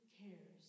cares